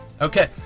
Okay